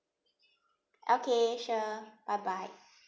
okay sure bye bye